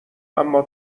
اما